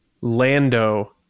Lando